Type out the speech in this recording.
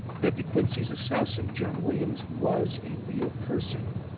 that de quincey's assassin, john williams, was a real person,